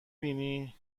بینی